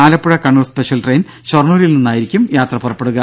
Alappuzha Kannur special train ഷൊർണ്ണൂരിൽ നിന്നായിരിക്കും പുറപ്പെടുക